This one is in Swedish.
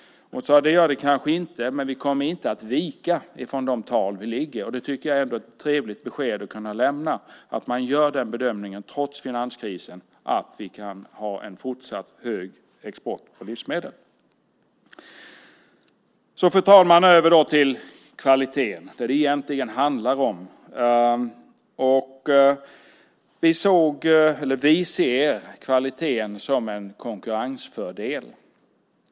Hon sade: Det gör den kanske inte, men vi kommer inte att vika från de tal som ligger. Jag tycker att det är ett trevligt besked att kunna lämna att man trots finanskrisen gör bedömningen att vi kan ha en fortsatt hög export av livsmedel. Fru talman! Jag går över till kvaliteten som det egentligen handlar om. Vi ser kvaliteten som en konkurrensfördel.